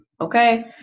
okay